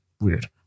weird